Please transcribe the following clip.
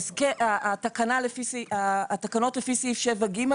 התקנות לפי סעיף 7ג,